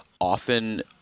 often